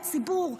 הציבור,